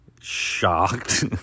shocked